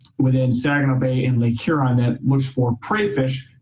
within saginaw bay and lake huron. it looks for prey fish,